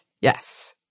Yes